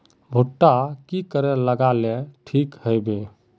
भुट्टा की करे लगा ले ठिक है बय?